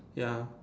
ya